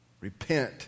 Repent